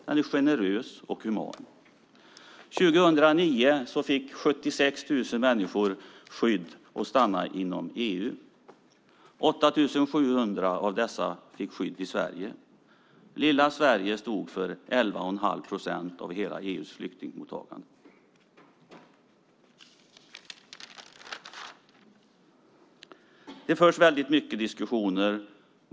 Den är generös och human. År 2009 fick 76 000 människor skydd att stanna inom EU. 8 700 av dessa fick skydd i Sverige. Lilla Sverige stod för 11 1⁄2 procent av hela EU:s flyktingmottagande. Det förs mycket diskussioner.